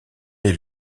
est